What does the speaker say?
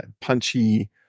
punchy